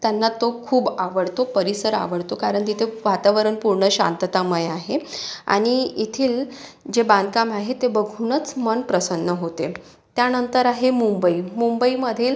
त्यांना तो खूप आवडतो परिसर आवडतो कारण तिथे वातावरण पूर्ण शांततामय आहे आणि येथील जे बांधकाम आहे ते बघूनच मन प्रसन्न होते त्यानंतर आहे मुंबई मुंबईमधील